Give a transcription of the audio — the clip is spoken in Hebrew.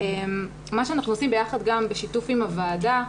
מה שאנחנו עושים ביחד גם בשיתוף עם הוועדה,